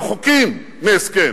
רחוקים מהסכם,